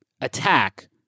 attack